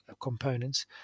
components